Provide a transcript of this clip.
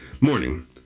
Morning